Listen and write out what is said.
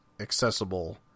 accessible